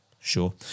Sure